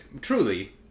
truly